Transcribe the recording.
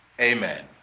Amen